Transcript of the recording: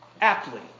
Aptly